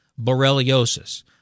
Borreliosis